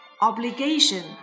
Obligation